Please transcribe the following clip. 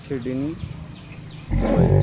Sydney Dubai